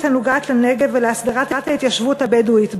הנוגעים בנגב ובהסדרת ההתיישבות הבדואית בו.